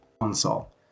console